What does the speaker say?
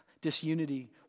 disunity